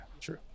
true